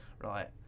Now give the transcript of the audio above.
right